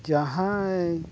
ᱡᱟᱦᱟᱸᱭ